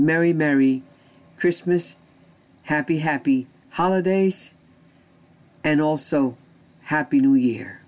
merry merry christmas happy happy holidays and also happy new year